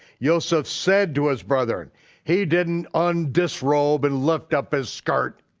yoseph said to his brother, and he didn't and disrobe and lift up his skirt.